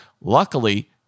Luckily